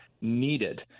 Needed